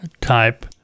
type